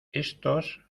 estos